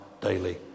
daily